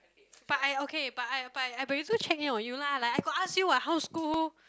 but I okay but I but I I also check in on you lah like I got ask you what how's school